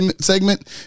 segment